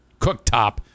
cooktop